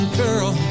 girl